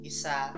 Isa